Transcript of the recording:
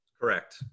Correct